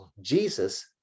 Jesus